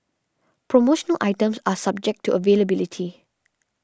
promotional items are subject to availability